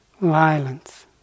violence